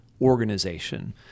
organization